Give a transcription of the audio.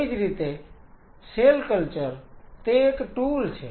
એવી જ રીતે સેલ કલ્ચર તે એક ટુલ છે